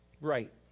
Right